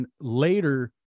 later